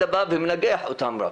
מד"א בא ומנגח אותם רק,